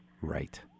Right